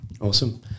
Awesome